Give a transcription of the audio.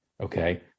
Okay